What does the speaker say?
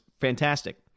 fantastic